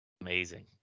Amazing